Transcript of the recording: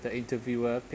the interviewer pick